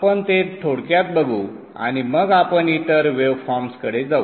आपण ते थोडक्यात बघू आणि मग आपण इतर वेवफॉर्म्सकडे जाऊ